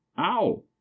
ow